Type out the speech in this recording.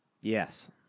Yes